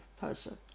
person